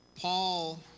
Paul